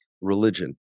religion